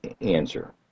answer